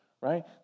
Right